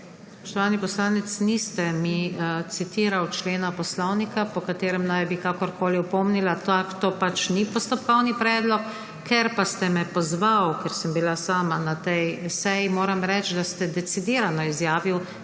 Spoštovani poslanec, niste mi citirali člena poslovnika, po katerem naj bi kakorkoli opomnila. To pač ni postopkovni predlog. Ker pa ste me pozvali, ker sem bila sama na tej seji, moram reči, da ste decidirano izjavili,